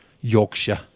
Yorkshire